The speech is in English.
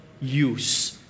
use